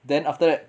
then after that